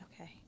okay